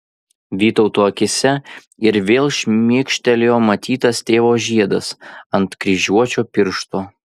vytauto akyse ir vėl šmėkštelėjo matytas tėvo žiedas ant kryžiuočio piršto